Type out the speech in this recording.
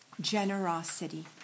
generosity